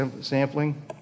sampling